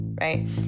Right